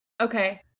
Okay